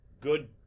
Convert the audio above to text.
good